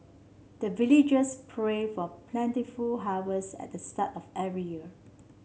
the villagers pray for plentiful harvest at the start of every year